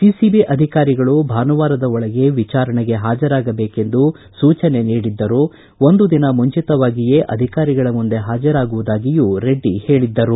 CCB ಅಧಿಕಾರಿಗಳು ಭಾನುವಾರದ ಒಳಗೆ ವಿಚಾರಣೆಗೆ ಹಾಜರಾಗಬೇಕೆಂದು ಸೂಚನೆ ನೀಡಿದ್ದರು ಒಂದು ದಿನ ಮುಂಚಿತವಾಗಿಯೇ ಅಧಿಕಾರಿಗಳ ಮುಂದೆ ಹಾಜರಾಗುವುದಾಗಿಯೂ ರೆಡ್ಡಿ ಹೇಳದ್ದರು